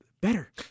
better